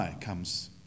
comes